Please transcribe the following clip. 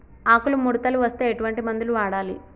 ఆకులు ముడతలు వస్తే ఎటువంటి మందులు వాడాలి?